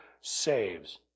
saves